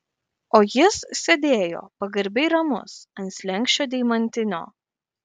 o jis sėdėjo pagarbiai ramus ant slenksčio deimantinio